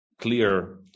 clear